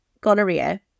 gonorrhea